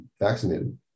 vaccinated